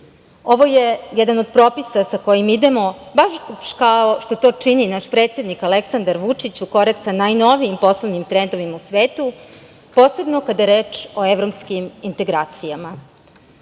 je jedan od propisa sa kojim idemo, baš kao što to čini naš predsednik Aleksandar Vučić, u korak sa najnovijim poslovnim trendovima u svetu, posebno kada je reč o evropskim integracijama. Srbija